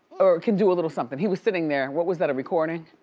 or can do a little something. he was sitting there. what was that, a recording?